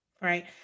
Right